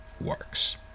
works